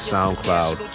SoundCloud